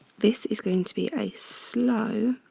this is going to be a slow